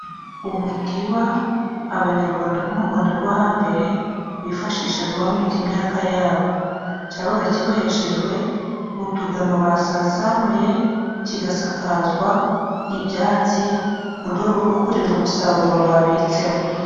Umutiba abanyarwanda bo mu Rwanda rwo hambere bifashishaga bahunika imyaka yabo, cyabaga kiboheshejwe utugano basasanuye, kigasakazwa ibyatsi mu rwego rwo kurinda umusaruro babitsemo.